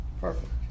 perfect